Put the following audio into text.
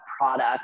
product